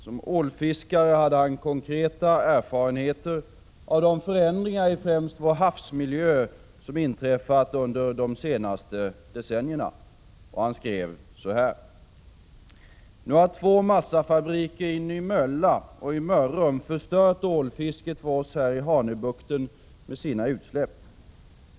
Som ålfiskare hade han konkreta erfarenheter av de förändringar i främst vår havsmiljö som inträffat under de senaste decennierna. Han skrev så här: ”Nu har två massafabriker i Nymölla och Mörrum förstört ålfisket för oss här i Hanöbukten med sina utsläpp.